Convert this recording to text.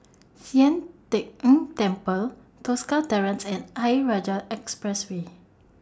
Sian Teck Tng Temple Tosca Terrace and Ayer Rajah Expressway